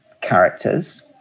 characters